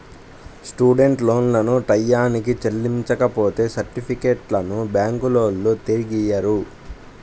student లోన్లను టైయ్యానికి చెల్లించపోతే సర్టిఫికెట్లను బ్యాంకులోల్లు తిరిగియ్యరు